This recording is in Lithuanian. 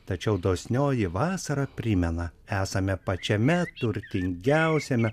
tačiau dosnioji vasara primena esame pačiame turtingiausiame